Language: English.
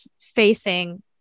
facing